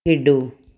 ਖੇਡੋ